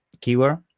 keyword